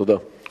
תודה.